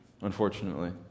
unfortunately